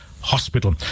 Hospital